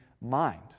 mind